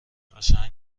قشنگ